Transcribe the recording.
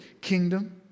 kingdom